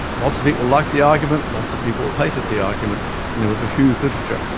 lots of people liked the argument, lots of people hated the argument, and there was a huge literature.